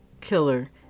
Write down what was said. killer